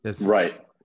Right